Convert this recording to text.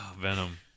venom